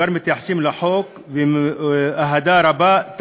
כבר מתייחסים לחוק באהדה רבה,